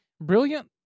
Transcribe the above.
Brilliant